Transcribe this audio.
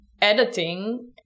editing